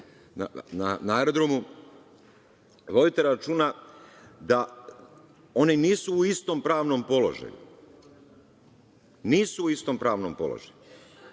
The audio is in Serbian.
na aerodromu, da oni nisu u istom pravnom položaju, nisu u istom pravnom položaju.